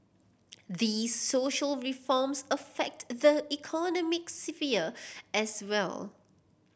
these social reforms affect the economic sphere as well